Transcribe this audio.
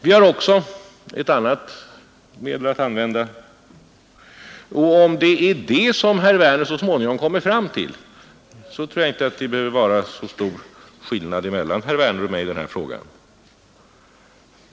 Vi har också ett annat medel att använda, och om det är det som herr Werner så småningom kommer fram till så tror jag inte att det behöver vara så stor skillnad mellan herr Werner och mig i detta sammanhang.